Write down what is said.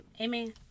amen